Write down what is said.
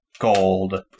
gold